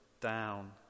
down